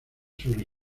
sobre